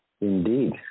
Indeed